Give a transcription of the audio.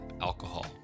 alcohol